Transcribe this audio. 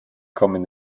kommen